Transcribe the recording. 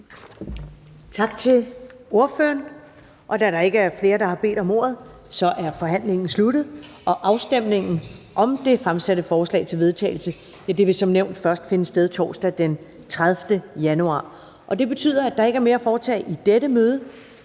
for forespørgerne. Da der ikke er flere, der har bedt om ordet, er forhandlingen sluttet. Afstemningen om det fremsatte forslag til vedtagelse vil som nævnt først finde sted torsdag den 30. januar 2020. --- Kl. 15:38 Meddelelser fra formanden Første